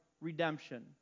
redemption